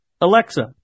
Alexa